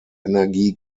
energie